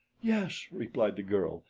yes, replied the girl.